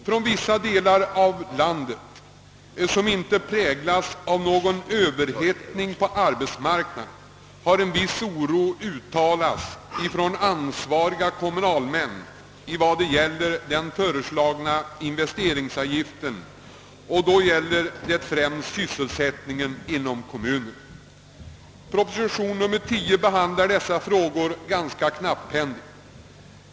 Från vissa delar av landet, som inte präglas av någon överhettning på arbetsmarknaden, har en viss oro uttalats av ansvarigt kommunalfolk i vad gäller den föreslagna investeringsavgiften och då främst med hänsyn till sysselsättningen inom kommunerna. Proposition 10 behandlar dessa frågor ganska knapphändigt.